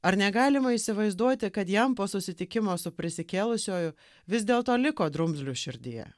ar negalima įsivaizduoti kad jam po susitikimo su prisikėlusiuoju vis dėlto liko drumzlių širdyje